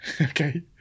Okay